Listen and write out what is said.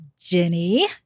Jenny